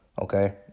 Okay